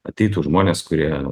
ateitų žmonės kurie